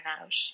out